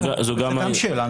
זו גם שאלה.